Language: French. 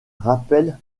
rappellent